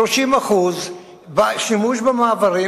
עלייה של 30% בשימוש במעברים,